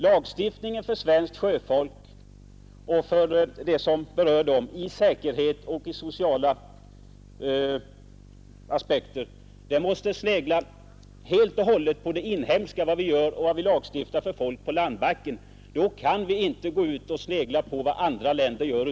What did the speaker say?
Lagstiftningen om säkerhet och sociala förhållanden för svenskt sjöfolk måste bygga helt och hållet på vår inhemska lagstiftning för folk på landbacken, och vi får inte snegla på vad andra länder gör.